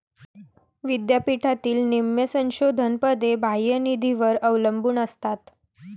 विद्यापीठातील निम्म्या संशोधन पदे बाह्य निधीवर अवलंबून असतात